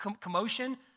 commotion